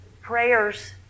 Prayers